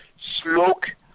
smoke